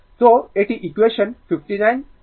তো এটি ইকুয়েশন 59 60 61 এবং 62